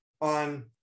on